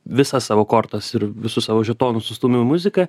visas savo kortas ir visus savo žetonus užstūmiau muzika